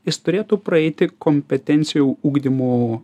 jis turėtų praeiti kompetencijų ugdymų